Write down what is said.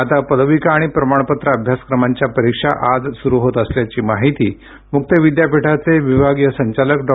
आता पदविका आणि प्रमाणपत्र अभ्यासक्रमांच्या परीक्षा आज सुरु होत असल्याची माहिती मुक्त विद्यापीठाचे विभागीय संचालक डॉ